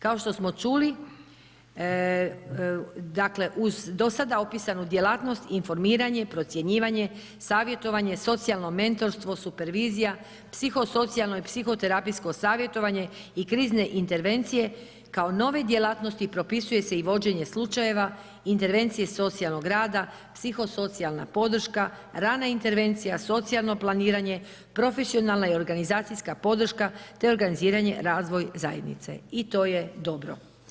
Kao što smo čuli, dakle uz dosada opisanu djelatnost i informiranje, procjenjivanje, savjetovanje, socijalno mentorstvo, supervizija, psihosocijalno i psihoterapijsko savjetovanje i krizne intervencije, kao nove djelatnosti propisuje se i vođenje slučajeva intervencije socijalnog rada, psihosocijalna podrška, rana intervencija, socijalno planiranje, profesionalna i organizacijska podrška te organiziranje razvoja zajednice, i to je dobro.